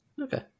Okay